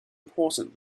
important